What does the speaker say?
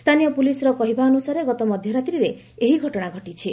ସ୍ଥାନୀୟ ପୁଲିସ୍ର କହିବା ଅନୁସାରେ ଗତ ମଧ୍ୟରାତ୍ରିରେ ଏହି ଘଟଣା ଘଟିଛି